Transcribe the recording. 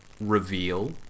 reveal